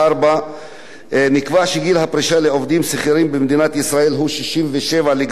שכירים במדינת ישראל הוא 67 לגברים ו-62 לנשים.